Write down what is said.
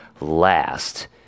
last